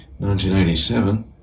1987